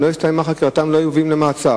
אם לא הסתיימה חקירתם לא היו מביאים למעצר,